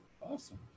Awesome